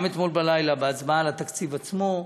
גם אתמול בלילה, בהצבעה על התקציב עצמו,